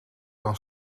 dan